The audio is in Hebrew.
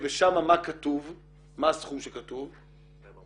ומה הסכום שכתוב שם?